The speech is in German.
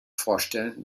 vorstellen